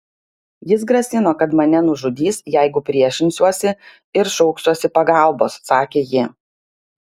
jis grasino kad mane nužudys jeigu priešinsiuosi ir šauksiuosi pagalbos sakė ji